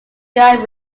guide